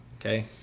okay